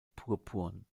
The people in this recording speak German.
purpurn